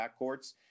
backcourts